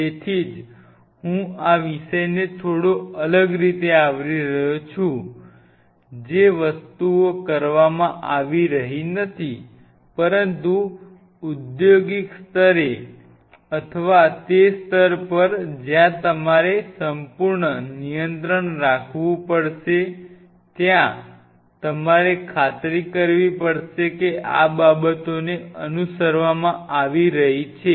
તેથી જ હું આ વિષયને થોડો અલગ રીતે આવરી રહ્યો છું જે વસ્તુઓ કરવામાં આવી રહી નથી પરંતુ ઉદ્યોગ સ્તરે અથવા તે સ્તર પર જ્યાં તમારે સંપૂર્ણ નિયંત્રણ રાખવું પડશે ત્યાં તમારે ખાતરી કરવી પડશે કે આ બાબતોને અનુસરવામાં આવી રહી છે